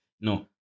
no